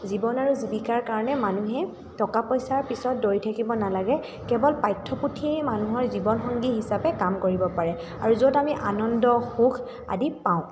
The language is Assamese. জীৱন আৰু জীৱিকাৰ কাৰণে মানুহে টকা পইচাৰ পিছত দৌৰি থাকিব নালাগে কেৱল পাঠ্যপুথিয়েই মানুহৰ জীৱনসংগী হিচাপে কাম কৰিব পাৰে আৰু য'ত আমি আনন্দ সুখ আদি পাওঁ